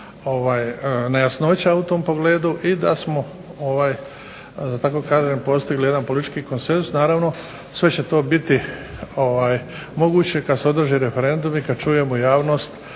nejasnoća u tom pogledu i da smo da tako kažem postigli jedan politički konsenzus. Naravno, sve će to biti moguće kad se održi referendum i kad čujemo javnost